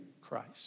Christ